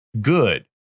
good